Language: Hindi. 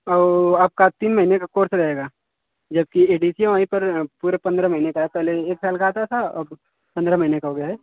आपका तीन महीने का कोर्स रहेगा जबकि ए डी सी ए वहीं पर पूरे पंद्रह महीने का पहले एक साल का आता था अब पंद्रह महीने का हो गया है